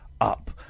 up